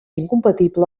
incompatible